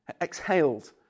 exhaled